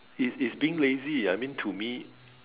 is is being lazy I mean to me